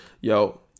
Yo